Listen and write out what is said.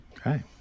Okay